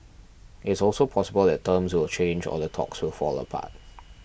it's also possible that terms will change or the talks will fall apart